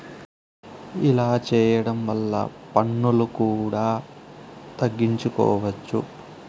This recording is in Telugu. ఇలా చేయడం వల్ల పన్నులు కూడా తగ్గించుకోవచ్చు